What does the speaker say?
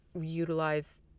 utilize